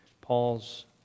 Paul's